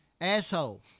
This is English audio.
Asshole